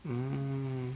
mm